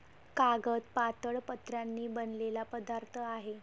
कागद पातळ पत्र्यांनी बनलेला पदार्थ आहे